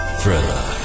Thriller